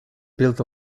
built